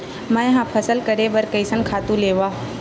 मैं ह फसल करे बर कइसन खातु लेवां?